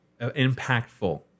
impactful